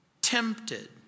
tempted